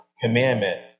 commandment